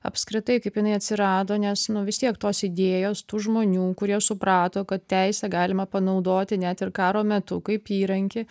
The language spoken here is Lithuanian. apskritai kaip jinai atsirado nes nu vis tiek tos idėjos tų žmonių kurie suprato kad teisę galima panaudoti net ir karo metu kaip įrankį